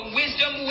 wisdom